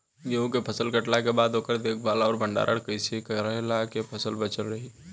गेंहू के फसल कटला के बाद ओकर देखभाल आउर भंडारण कइसे कैला से फसल बाचल रही?